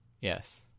Yes